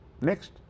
Next